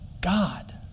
God